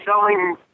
selling